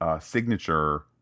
signature